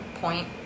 point